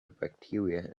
bacteria